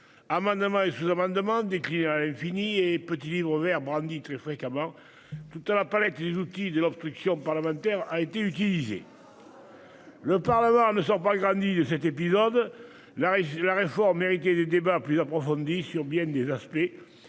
Amendements et sous-amendements déclinés à l'infini et petit livre vert brandi très fréquemment : toute la palette des outils de l'obstruction parlementaire a été utilisée. Le Parlement ne sort pas grandi de cet épisode. La réforme méritait des débats plus approfondis sur bien des aspects.